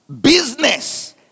business